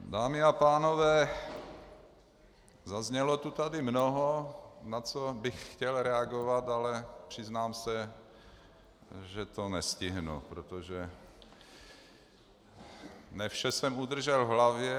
Dámy a pánové, zaznělo tady mnoho, na co bych chtěl reagovat, ale přiznám se, že to nestihnu, protože ne vše jsem udržel v hlavě.